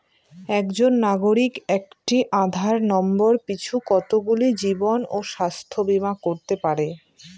একজন নাগরিক একটি আধার নম্বর পিছু কতগুলি জীবন ও স্বাস্থ্য বীমা করতে পারে?